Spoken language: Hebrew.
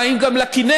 מים גם לכינרת.